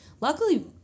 luckily